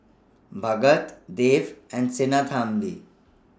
Bhagat Dev and Sinnathamby